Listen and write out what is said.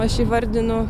aš įvardinu